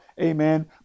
amen